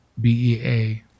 bea